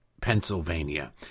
Pennsylvania